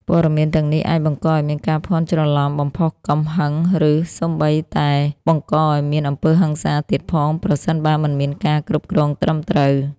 ព័ត៌មានទាំងនេះអាចបង្កឲ្យមានការភ័ន្តច្រឡំ បំផុសកំហឹង ឬសូម្បីតែបង្កឲ្យមាន អំពើហិង្សា ទៀតផង ប្រសិនបើមិនមានការគ្រប់គ្រងត្រឹមត្រូវ។